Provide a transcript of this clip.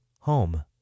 home